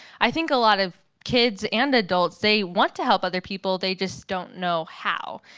i think a lot of kids and adults, they want to help other people, they just don't know how.